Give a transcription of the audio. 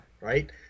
right